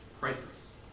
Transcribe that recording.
crisis